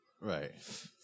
Right